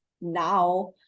now